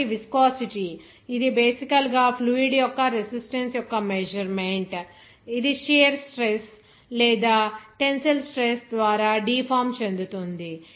కాబట్టి విస్కోసిటీ ఇది బేసికల్ గా ఫ్లూయిడ్ యొక్క రెసిస్టన్స్ యొక్క మెజర్మెంట్ ఇది షీర్ స్ట్రెస్she లేదా టెన్సిల్ స్ట్రెస్ ద్వారా డీఫామ్ చెందుతుంది